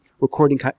recording